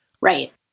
Right